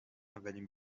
اولین